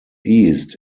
east